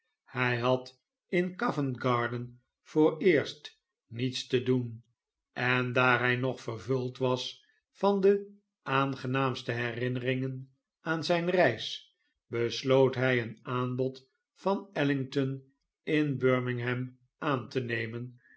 hij had in covent-garden vooreerst niets te doen en daar hij nog vervuld was van de aangenaamste herinneringen aan zijn reis besloot hij een aanbod van ellington in birmingham aan te nemen